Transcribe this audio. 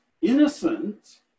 innocent